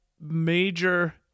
major